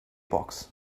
box